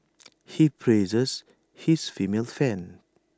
he praises his female fans